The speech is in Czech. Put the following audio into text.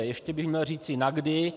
Ještě bych měl říci na kdy.